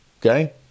Okay